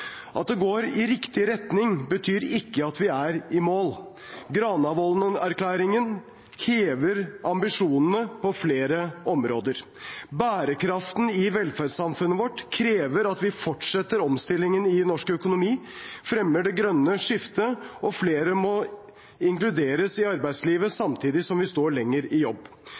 At det går i riktig retning, betyr ikke at vi er i mål. Granavolden-plattformen hever ambisjonene på flere områder. Bærekraften i velferdssamfunnet vårt krever at vi fortsetter omstillingen i norsk økonomi, at vi fremmer det grønne skiftet, og at flere må inkluderes i arbeidslivet samtidig som vi står lenger i jobb.